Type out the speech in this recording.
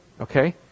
okay